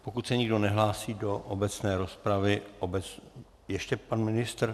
Pokud se nikdo nehlásí do obecné rozpravy ještě pan ministr?